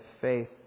faith